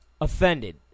offended